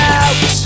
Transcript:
out